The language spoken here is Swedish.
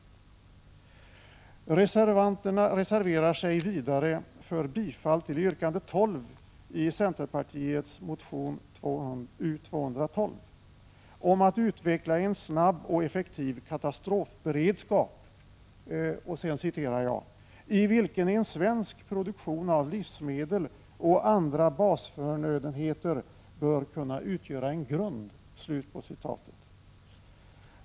Reservanterna vill dessutom att riksdagen skall bifalla yrkande 12 i centerpartiets motion U212 om att utveckla en snabb och effektiv katastrofberedskap ”i vilken en svensk produktion av livsmedel och andra basförnödenheter bör kunna utgöra en grund”.